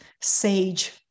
sage